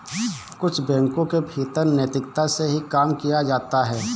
कुछ बैंकों के भीतर नैतिकता से ही काम किया जाता है